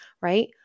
right